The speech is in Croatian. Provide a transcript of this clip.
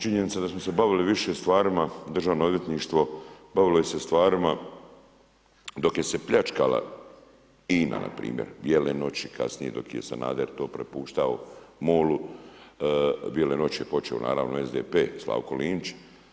Činjenica da smo se bavili više stvarima državno odvjetništvo, bavili se stvarima dok je se pljačkala INA npr. Bijele noći kasnije dok je Sanader to prepuštao MOL-u, bijele noći je počeo naravno SDP, Slavko Linić.